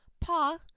Pa